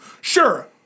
Sure